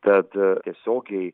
tad tiesiogiai